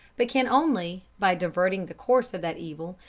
but can only, by diverting the course of that evil,